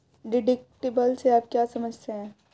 Deductible से आप क्या समझते हैं?